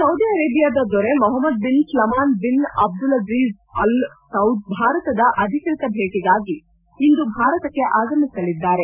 Saudi ಅರೇಬಿಯಾದ ದೊರೆ Mohammed bin Salman bin Abdulaziz Al Saud ಭಾರತದ ಅಧಿಕೃತ ಭೇಟಿಗಾಗಿ ಇಂದು ಭಾರತಕ್ಕೆ ಆಗಮಿಸಲಿದ್ದಾರೆ